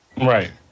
Right